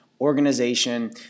organization